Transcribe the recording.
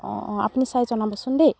অ' অ' আপুনি চাই জনাবচোন দেই